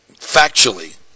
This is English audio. factually